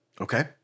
Okay